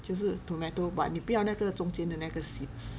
就是 tomato but 你不要那个中间的那个 seeds